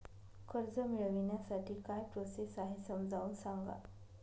कर्ज मिळविण्यासाठी काय प्रोसेस आहे समजावून सांगा